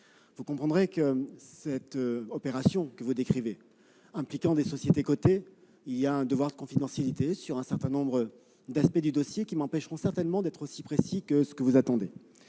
Vous comprendrez que l'opération que vous décrivez, impliquant des sociétés cotées, emporte un devoir de confidentialité sur un certain nombre d'aspects qui m'empêcheront certainement d'être aussi précis que vous l'attendez.